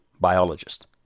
biologist